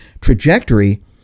trajectory